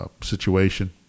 situation